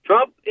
Trump